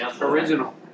original